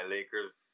Lakers